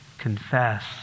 Confess